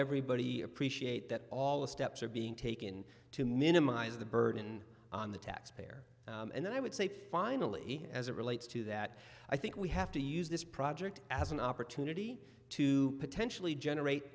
everybody appreciate that all the steps are being taken to minimize the burden on the taxpayer and then i would say finally as it relates to that i think we have to use this project as an opportunity to potentially generate